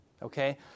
Okay